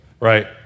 right